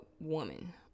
woman